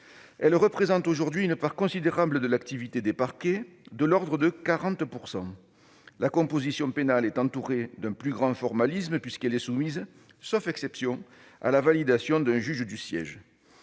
représentent aujourd'hui une part considérable de l'activité des parquets, de l'ordre de 40 %. La composition pénale est entourée d'un plus grand formalisme, puisqu'elle est soumise, sauf exception, à la validation d'un juge du siège.